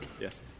Yes